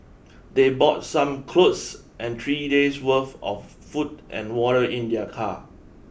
they bought some clothes and three days worth of food and water in their car